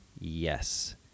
yes